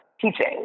teaching